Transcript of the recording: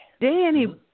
Danny